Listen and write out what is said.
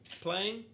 playing